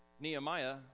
Nehemiah